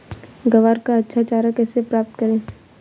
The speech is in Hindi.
ग्वार का अच्छा चारा कैसे प्राप्त करें?